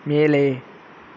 மேலே